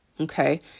okay